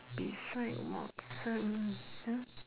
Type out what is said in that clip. beside Watsons